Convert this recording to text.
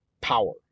power